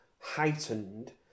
heightened